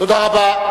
תודה רבה.